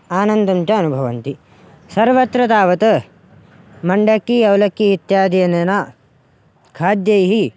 आनन्दं च अनुभवन्ति सर्वत्र तावत् मण्डक्की अवलक्कि इत्याद्यनेन खाद्यैः